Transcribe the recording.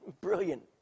Brilliant